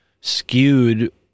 skewed